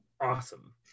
awesome